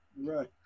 Right